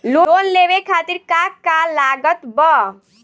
Loan लेवे खातिर का का लागत ब?